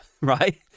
right